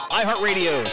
iHeartRadio